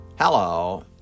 Hello